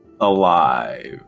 alive